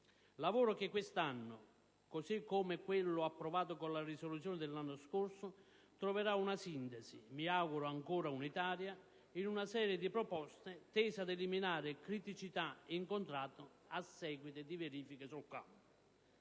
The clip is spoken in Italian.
Lavoro che quest'anno, così come quello approvato con la risoluzione dell'anno scorso, troverà una sintesi - mi auguro ancora unitaria - in una serie di proposte tese ad eliminare le criticità riscontrate a seguito di verifiche sul campo.